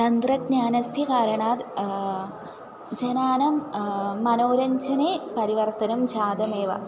तन्त्रज्ञानस्य कारणात् जनानां मनोरञ्जने परिवर्तनं जातमेव